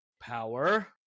power